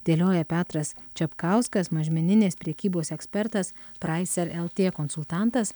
dėlioja petras čepkauskas mažmeninės prekybos ekspertas praiser lt konsultantas